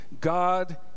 God